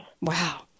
Wow